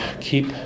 Keep